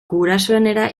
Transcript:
gurasoenera